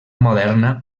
moderna